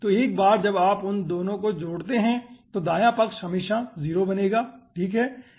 तो एक बार जब आप उन 2 को जोड़ते है तो दायाँ पक्ष हमेशा 0 बनेगा ठीकहै